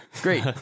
great